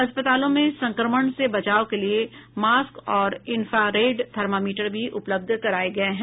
अस्पतालों में संक्रमण से बचाव के लिये मास्क और इन्फ्रारेड थर्मामीटर भी उपलब्ध कराये गये हैं